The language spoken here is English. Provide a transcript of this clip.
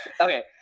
Okay